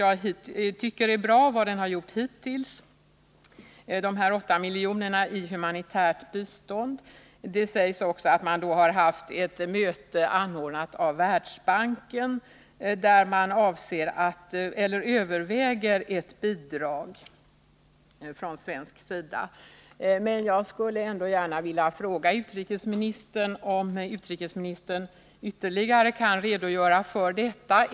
Jag tycker att anslaget på 8 milj.kr. i humanitärt bistånd är bra. Det sägs i svaret också att man vid ett möte anordnat av Världsbanken från svensk sida har övervägt ett bidrag. Jag skulle ändå gärna vilja fråga om utrikesministern ytterligare kan redogöra för detta.